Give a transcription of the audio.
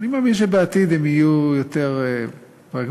אני מאמין שבעתיד הם יהיו יותר פרגמטיים,